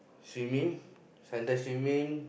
swimming sometime swimming